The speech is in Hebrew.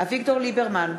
אביגדור ליברמן,